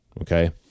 Okay